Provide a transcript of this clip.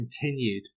continued